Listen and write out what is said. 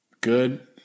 good